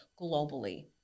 globally